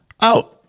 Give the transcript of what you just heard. out